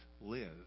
live